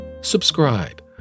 subscribe